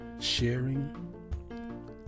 sharing